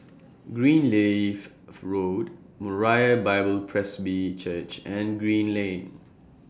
Greenleaf Road Moriah Bible Presby Church and Green Lane